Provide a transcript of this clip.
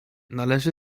należy